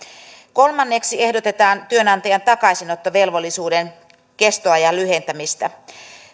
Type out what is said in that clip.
kolmanneksi ehdotetaan työnantajan takaisinottovelvollisuuden kestoajan lyhentämistä